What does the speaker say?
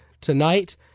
tonight